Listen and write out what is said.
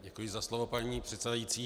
Děkuji za slovo, paní předsedající.